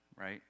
right